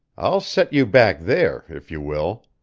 i'll set you back there, if you will.